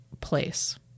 place